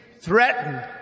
threaten